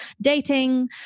dating